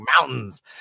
mountains